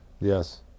Yes